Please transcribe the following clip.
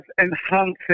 enhancing